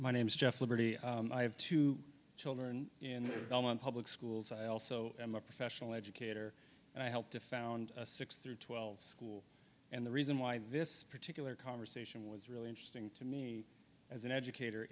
name's jeff liberty i have two children in belmont public schools i also am a professional educator and i helped to found a six through twelve school and the reason why this particular conversation was really interesting to me as an educator